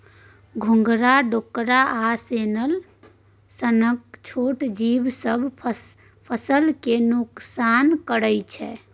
घोघा, डोका आ स्नेल सनक छोट जीब सब फसल केँ नोकसान करय छै